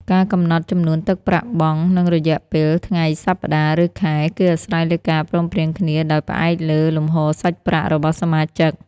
ការកំណត់ចំនួនទឹកប្រាក់បង់ និងរយៈពេល (ថ្ងៃ សប្ដាហ៍ ឬខែ) គឺអាស្រ័យលើការព្រមព្រៀងគ្នាដោយផ្អែកលើលំហូរសាច់ប្រាក់របស់សមាជិក។